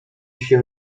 się